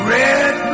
red